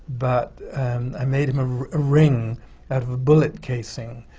but i made him ah a ring out of a bullet casing,